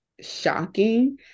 shocking